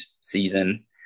season